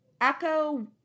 Echo